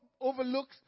overlooks